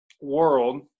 world